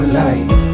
light